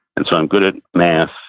and so i'm good at math,